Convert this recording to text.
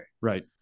Right